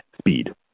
speed